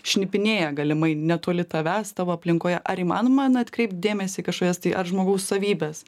šnipinėja galimai netoli tavęs tavo aplinkoje ar įmanoma na atkreipt dėmesį į kažkokias tai ar žmogaus savybes